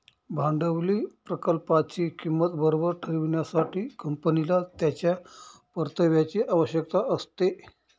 भांडवली प्रकल्पाची किंमत बरोबर ठरविण्यासाठी, कंपनीला त्याच्या परताव्याची आवश्यकता असते